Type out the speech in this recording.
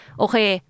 okay